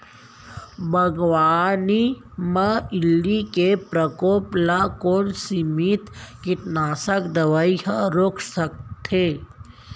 बागवानी म इल्ली के प्रकोप ल कोन सीमित कीटनाशक दवई ह रोक सकथे?